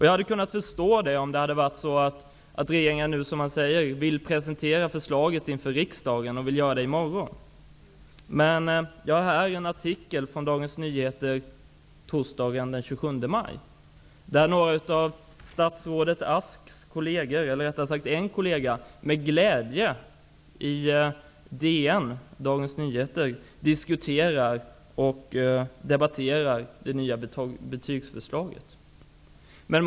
Jag hade kunnat förstå detta om regeringen, vilket den nu säger sig vilja, velat presentera förslaget för riksdagen i morgon. Jag har här en artikel från Dagens Nyheter torsdagen den 27 maj där en av statsrådet Asks kolleger med glädje diskuterar och debatterar det nya betygsförslaget i Dagens Nyheter.